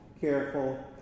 Careful